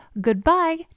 goodbye